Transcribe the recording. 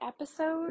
episode